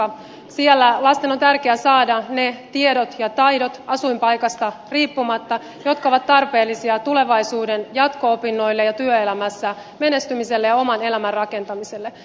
siellä lasten on tärkeä saada asuinpaikasta riippumatta ne tiedot ja taidot jotka ovat tarpeellisia tulevaisuuden jatko opinnoille ja työelämässä menestymiselle ja oman elämän rakentamiselle